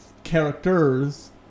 Characters